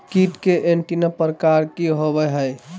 कीट के एंटीना प्रकार कि होवय हैय?